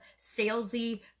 salesy